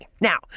Now